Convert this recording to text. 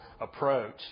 approach